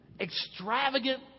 extravagant